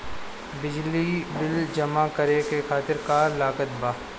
बिजली बिल जमा करे खातिर का का लागत बा?